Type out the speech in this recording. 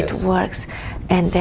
it works and